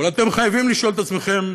אבל אתם חייבים לשאול את עצמכם